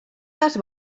les